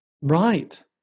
Right